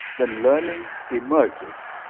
then learning emerges.